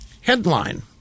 Headline